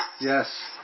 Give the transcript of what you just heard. Yes